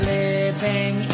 living